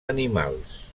animals